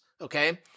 Okay